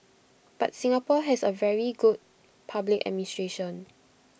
but Singapore has A very good public administration